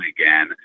again